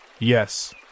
Yes